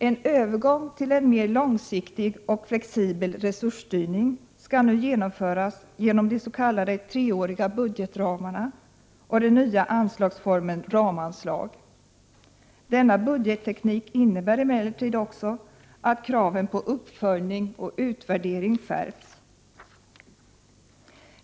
En övergång till en mer långsiktig och flexibel resursstyrning skall nu genomföras genom de s.k. treåriga budgetramarna och den nya anslagsformen ramanslag. Denna budgetteknik innebär emellertid också att kraven på uppföljning och utvärdering skärps.